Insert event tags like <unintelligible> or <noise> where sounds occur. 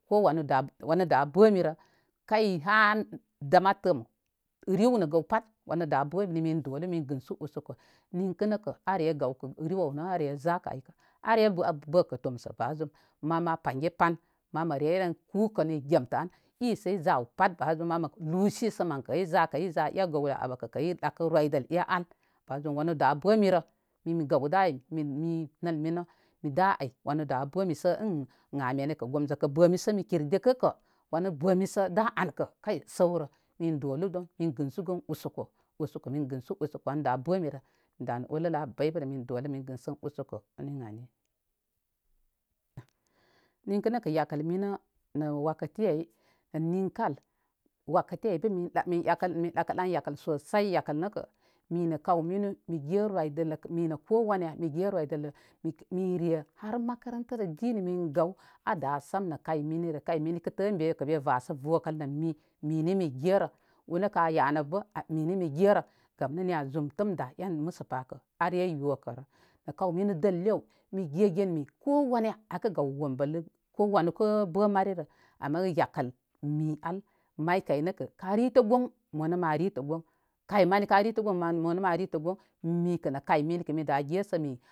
Ko wanu da wanu da bəmirə kay ha dam a tə am rɨw nə gəw pat wanə da bəmi min dolu min gənsu usoko. inkə nəkə a re gawkə rɨw aw nə re zakə ay are ba bəkə tomsə ba zum mən ma pange pag mən mə reyren kukə ni gentə an isə i za aw pat bazum mən mə lusi sə mənkə i za kə i za e gəwlə abə kə i kə i ɗaki roydəl e aw ba zum wənə da bə mirə mi mi gəw ɗa ay. Mi nəl minə da ay wanə da bəmi sə ən <unintelligible> mene kə gomzokə bəmi sataurn mi kir dikə wanu bəmi sə da an kə kay səurə min dolu ban min gənsu usoko da bəmirə mi da olələ a bəy bərə. <unintelligible> Ninkə nəkə yakəl minənə wakati ay nə ninkə al nakati ay bə min yakəl mi ɗakə ɗan yakəl lsosai yakəl nəkə nimə kawminə mige royɗəllə, minə kowanə mi ge roydəllə mire har makarantarə dini min gaw a da sam nə kawminirə. Kaymini kə tə ən be kə be vasə vəkəl nə mi minə mi gerə unə ka yanə bə mi nəmi ge rə gam nə niya zum təm da em məsəpa kə are yokərə. Na kawminu dəlle aw mi gegen min kowana akə gaw wəmbəlu kowanu kə bə marirə ama yakəl mi al may kay nəkə ka ritə gon mo nə ma ritə gon kan manika ritə gon mo nə ma ritə gon mikə nə kaymini mida gesə min.